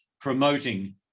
promoting